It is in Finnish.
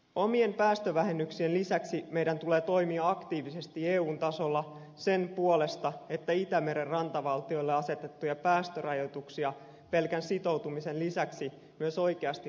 omien päästövähennyksien lisäksi meidän tulee toimia aktiivisesti eun tasolla sen puolesta että itämeren rantavaltioille asetettuja päästörajoituksia pelkän sitoutumisen lisäksi myös oikeasti noudatetaan